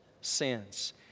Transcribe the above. sins